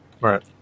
Right